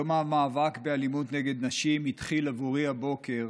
יום המאבק באלימות נגד נשים התחיל עבורי הבוקר